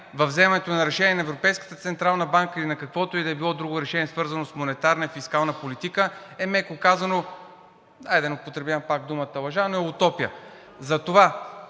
във вземането на решения на Европейската централна банка и на каквото и да е било друго решение, свързано с монетарна и фискална политика, е, меко казано, хайде, да не употребявам пак думата лъжа, но е утопия.